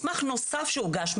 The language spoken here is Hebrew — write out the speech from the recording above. מסמך נוסף שהוגש,